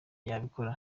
yabikora